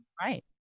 Right